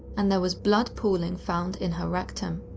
and there was blood pooling found in her rectum.